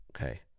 okay